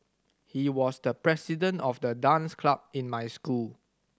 he was the president of the dance club in my school